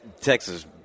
Texas